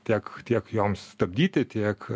tiek tiek joms stabdyti tiek